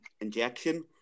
injection